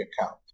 account